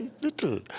little